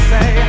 Say